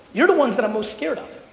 you're the ones that i'm most scared of.